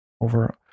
over